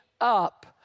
up